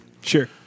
Sure